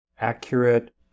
accurate